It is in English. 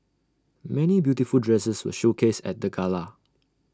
many beautiful dresses were showcased at the gala